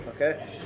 Okay